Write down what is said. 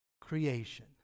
creation